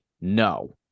no